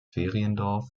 feriendorf